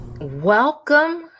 welcome